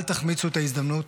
אל תחמיצו את ההזדמנות.